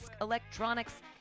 Electronics